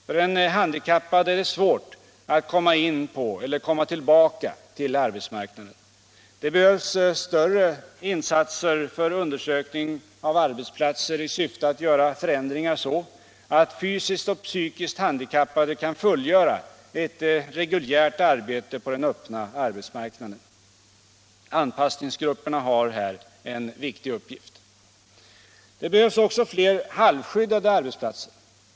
För en handikappad är det svårt att komma in på eller komma tillbaka till arbetsmarknaden. Det behövs större insatser för undersökning av arbetsplatser i syfte att göra förändringar så att fysiskt och psykiskt handikappade kan fullgöra ett reguljärt arbete på den öppna arbetsmarknaden. Anpassningsgrupperna har här en viktig uppgift. Det behövs också fler halvskyddade arbetsplatser.